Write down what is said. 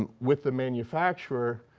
and with the manufacturer,